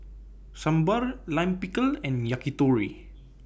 Sambar Lime Pickle and Yakitori